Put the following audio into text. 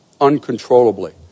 uncontrollably